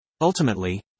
Ultimately